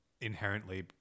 inherently